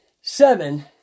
seven